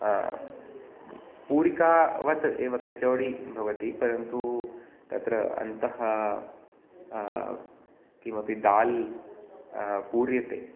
पूरिकावत् एव कचौडी भवति परन्तु तत्र अन्तः किमपि दाल् पूर्यते